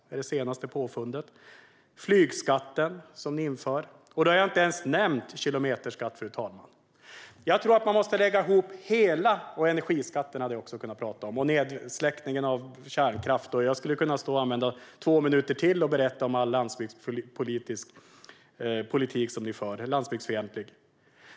Jag tror att det beror på flygskatten, som ni inför. Fru talman! Jag har inte ens nämnt kilometerskatten, energiskatten och nedsläckningen av kärnkraften. Jag skulle kunna tala i två minuter till om all landsbygdsfientlig politik ni för.